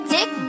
Dick